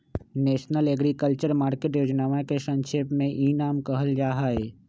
national agriculture market योजनवा के संक्षेप में ई नाम कहल जाहई